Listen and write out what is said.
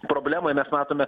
problemoj mes matome